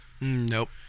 Nope